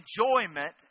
enjoyment